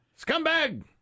Scumbag